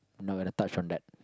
I'm not gonna touch in that